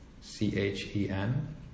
C-H-E-N